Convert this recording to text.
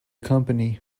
company